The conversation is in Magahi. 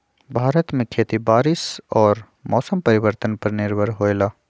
भारत में खेती बारिश और मौसम परिवर्तन पर निर्भर होयला